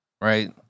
right